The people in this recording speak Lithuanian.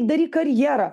daryk karjerą